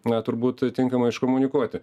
na turbūt tinkamai iškomunikuoti